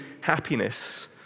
happiness